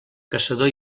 caçador